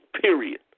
period